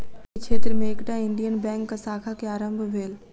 अहाँ के क्षेत्र में एकटा इंडियन बैंकक शाखा के आरम्भ भेल